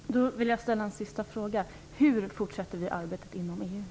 Herr talman! Då vill jag ställa en sista fråga: Hur fortsätter vi arbetet inom EU?